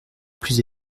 plus